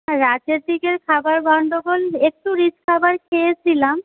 হ্যাঁ রাতের দিকে খাবার গণ্ডগোল একটু রিচ খাবার খেয়েছিলাম